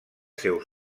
seus